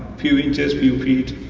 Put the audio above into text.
few inches, few feet,